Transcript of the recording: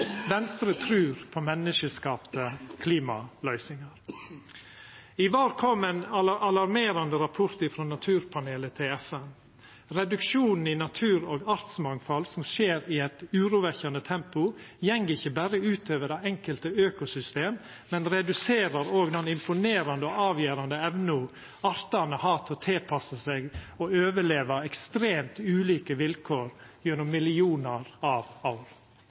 Venstre trur på menneskeskapte klimaløysingar. I vår kom ein alarmerande rapport frå naturpanelet til FN. Reduksjonen i natur- og artsmangfald, som skjer i eit urovekkjande tempo, går ikkje berre ut over det enkelte økosystem, men reduserer òg den imponerande og avgjerande evna artane har til å tilpassa seg og overleva ekstremt ulike vilkår gjennom millionar av